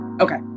Okay